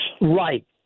Right